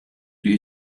you